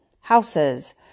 houses